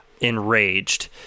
enraged